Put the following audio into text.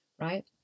Right